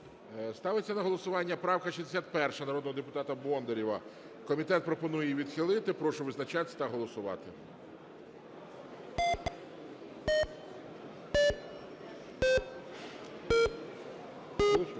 Ставиться на голосування правка 61 народного депутата Бондарєва. Комітет пропонує її відхилити. Прошу визначатись та голосувати. 11:42:59